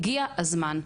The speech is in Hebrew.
הגיע הזמן,